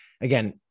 again